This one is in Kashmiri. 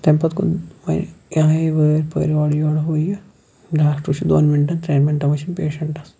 تمہ پَتہِ کوٚنہٕ وَنہِ آیے وٲرۍ پٲرۍ اورٕ یورٕ ہُہ یِہ ڈاکٹَر چھُ دۄن مِنٹَن تریٚن مِنٹَن وٕچھان پیشَنٹَس